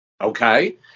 Okay